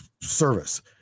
service